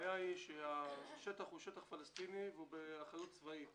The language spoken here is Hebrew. הבעיה היא שהשטח הוא שטח פלסטינית, באחריות צבאית.